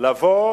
לבוא